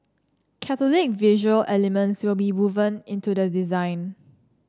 Catholic visual elements will be woven into the design